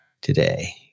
today